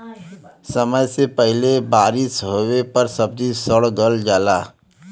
समय से पहिले बारिस होवे पर सब्जी सड़ गल जाला